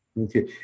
Okay